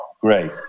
Great